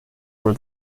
were